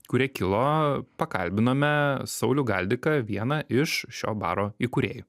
kurie kilo pakalbinome saulių galdiką vieną iš šio baro įkūrėjų